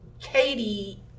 Katie